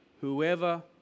whoever